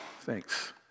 Thanks